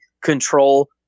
control